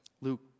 Luke